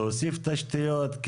להוסיף תשתיות.